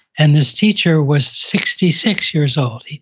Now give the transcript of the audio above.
and this teacher was sixty six years old.